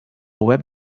web